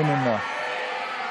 מי נמנע?